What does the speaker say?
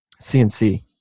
CNC